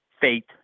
faith